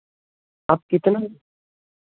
आप कितने में